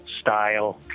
style